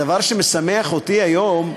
הדבר שמשמח אותי היום,